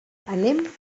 anem